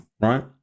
right